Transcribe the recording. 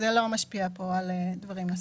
זה לא משפיע על דברים נוספים.